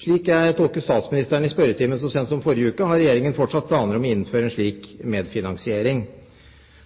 Slik jeg tolker statsministeren i spørretimen så sent som forrige uke, har Regjeringen fortsatt planer om å innføre en slik medfinansiering.